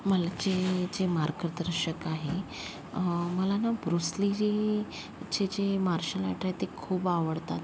मला जे जे मार्गदर्शक आहे मला ना ब्रुस लीचे जे मार्शल आर्ट आहे ते खूप आवडतात